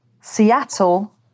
Seattle